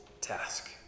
task